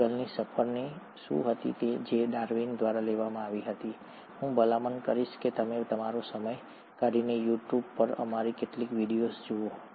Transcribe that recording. બીગલની સફર શું હતી જે ડાર્વિન દ્વારા લેવામાં આવી હતી હું ભલામણ કરીશ કે તમે તમારો સમય કાઢીને You tubeયુ ટયુબ પર આમાંથી કેટલાક વિડિયોઝ જુઓ